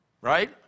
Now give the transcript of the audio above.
right